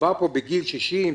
מדובר פה בגיל 60,